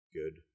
good